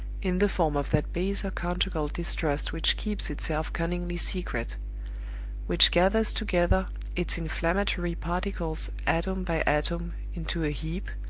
in the form of that baser conjugal distrust which keeps itself cunningly secret which gathers together its inflammatory particles atom by atom into a heap,